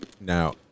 now